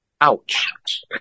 Ouch